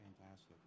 Fantastic